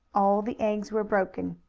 all the eggs were broken.